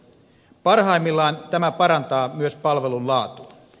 parhaimmillaan tämä parantaa myös palvelun laatua